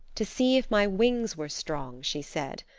to see if my wings were strong, she said.